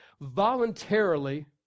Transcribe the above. voluntarily